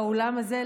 באולם הזה,